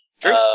True